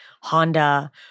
Honda